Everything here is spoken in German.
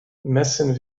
messen